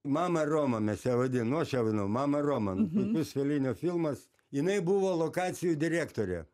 mama roma mes ją vadin nu aš ją vadinau mama roma puikus felinio filmas jinai buvo lokacijų direktorė